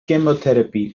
chemotherapy